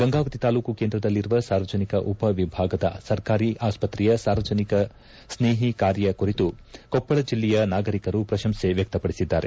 ಗಂಗಾವತಿ ತಾಲೂಕು ಕೇಂದ್ರದಲ್ಲಿರುವ ಸಾರ್ವಜನಿಕ ಉಪವಿಭಾಗದ ಸರ್ಕಾರಿ ಆಸ್ವತ್ರೆಯ ಸಾರ್ವಜನಿಕ ಸ್ನೇಹಿ ಕಾರ್ಯ ಕುರಿತು ಕೊಪ್ಪಳ ಜಿಲ್ಲೆಯ ನಾಗರೀಕರು ಪ್ರಶಂಸೆ ವ್ಯಕ್ತಪಡಿಸಿದ್ದಾರೆ